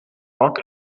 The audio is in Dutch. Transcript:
pak